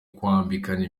kwambikana